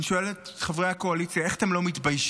אני שואל את חברי הקואליציה: איך אתם לא מתביישים?